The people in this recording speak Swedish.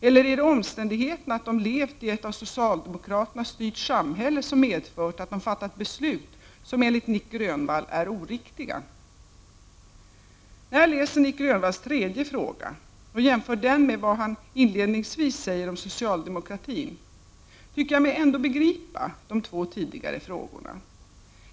Eller är det omständigheten att de levt i ett av socialdemokraterna styrt samhälle som medfört att de fattat beslut som enligt Nic Grönvall är oriktiga? När jag läser Nic Grönvalls tredje fråga och jämför den med vad han inledningsvis säger om socialdemokratin, tycker jag mig ändå begripa de två tidigare frågorna.